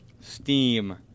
Steam